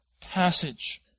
passage